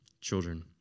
children